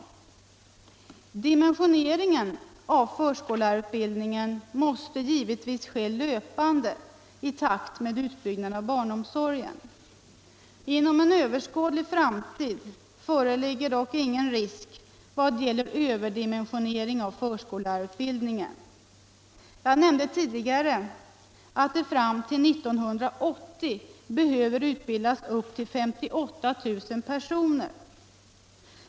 Dimensioneringen av förskollärarutbildningen måste givetvis ske löpande i takt med utbyggnaden av barnomsorgen. Inom en överskådlig framtid föreligger dock ingen risk för överdimensionering av förskollärarutbildningen. Jag nämnde tidigare att det fram till 1980 behöver utbildas upp till 58 000 personer.